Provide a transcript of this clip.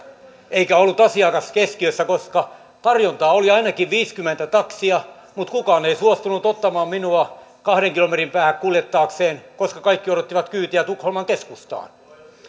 eikä ollut asiakas keskiössä koska tarjontaa oli ainakin viisikymmentä taksia mutta kukaan ei suostunut ottamaan minua kahden kilometrin päähän kuljettaakseen koska kaikki odottivat kyytiä tukholman keskustaan